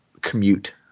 commute